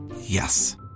Yes